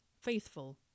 faithful